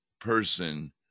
person